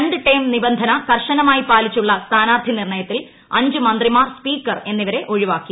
രണ്ട് ടേം നിബന്ധന കർശനമായി പാലിച്ചുള്ള സ്ഥാനാർത്ഥി നിർണ്ണയത്തിൽ അഞ്ച് മന്ത്രിമാർ സ്പീക്കർ എന്നിവരെ ഒഴിവാക്കി